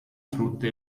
frutta